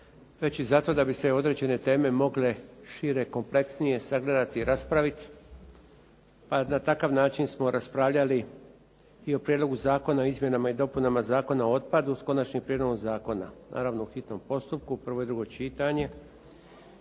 već i zato da bi se određene teme mogle šire, kompleksnije sagledati i raspraviti pa na takav način smo raspravljali i o Prijedlogu zakona o Izmjenama i dopunama Zakona o otpadu sa konačnim prijedlogom zakona, naravno u hitnom postupku, prvo i drugo čitanje,